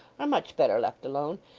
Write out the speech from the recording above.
are much better left alone.